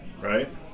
right